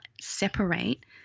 separate